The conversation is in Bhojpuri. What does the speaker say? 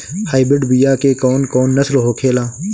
हाइब्रिड बीया के कौन कौन नस्ल होखेला?